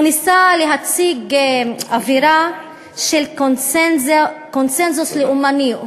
הוא ניסה להציג אווירה של קונסנזוס לאומני.